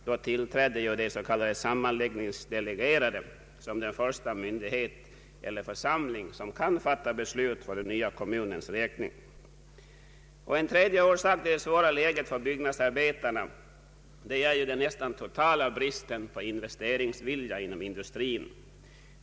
Då tillträdde de sammanläggningsdelegerade som är den första myndighet eller församling som kan fatta beslut för den nya kommunens räkning. En tredje orsak till det svåra läget för byggnadsarbetarna är den nästan totala bristen på investeringsvilja inom industrin.